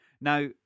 now